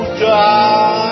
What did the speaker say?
die